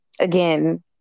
again